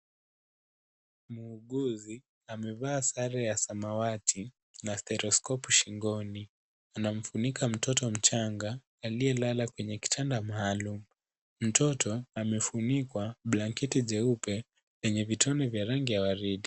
Muuguzi amevaa sare ya samawati na stetoskopu shingoni. Anamfunika mtoto mchanga aliyelala kwenye kitanda maalum. Mtoto amefunikwa blanketi jeupe lenye vitone vya rangi ya waridi.